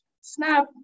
snap